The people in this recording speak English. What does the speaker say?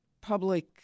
public –